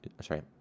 Sorry